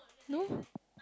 no